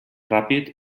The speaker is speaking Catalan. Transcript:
ràpid